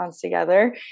together